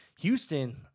Houston